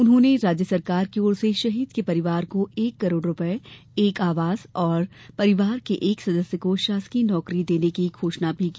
उन्होंने राज्य सरकार की ओर से शहीद के परिवार को एक करोड़ रूपये एक आवास और परिवार के एक सदस्य को शासकीय नौकरी देने की घोषणा भी की